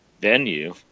venue